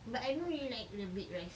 but I don't really like the baked rice